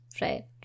Right